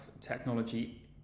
technology